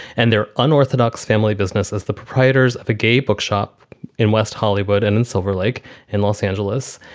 and their unorthodox family business as the proprietors of a gay bookshop in west hollywood and in silverlake in los angeles.